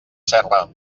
serra